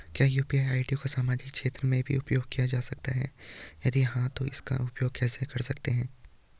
क्या यु.पी.आई को सामाजिक क्षेत्र में भी उपयोग किया जा सकता है यदि हाँ तो इसका उपयोग कैसे कर सकते हैं?